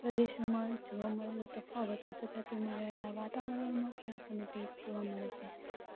પ્રદેશોમાં જોવા મળતા તફાવતો તથા તેમાં રહેલાં વાતાવરણમાં પણ આપણને ભેદ જોવા મળે છે